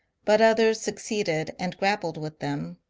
but others succeeded and grappled with them.